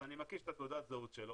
אני מקיש את תעודת הזהות שלו,